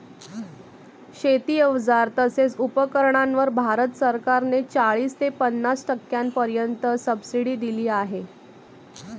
शेती अवजार तसेच उपकरणांवर भारत सरकार ने चाळीस ते पन्नास टक्क्यांपर्यंत सबसिडी दिली आहे